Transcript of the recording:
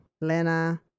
Lena